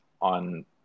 on